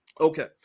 Okay